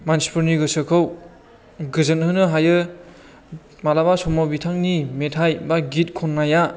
मानसिफोरनि गोसोखौ गोजोन होनो हायो माब्लाबा समाव बिथांनि मेथाइ एबा गित खननाया